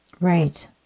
Right